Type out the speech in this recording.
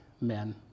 men